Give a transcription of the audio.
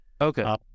Okay